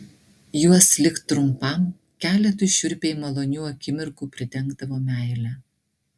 juos lik trumpam keletui šiurpiai malonių akimirkų pridengdavo meile